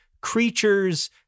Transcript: creatures